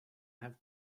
have